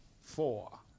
Four